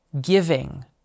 giving